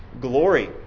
glory